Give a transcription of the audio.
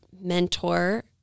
mentor